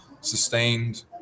sustained